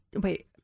Wait